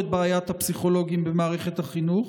את בעיית הפסיכולוגים במערכת החינוך?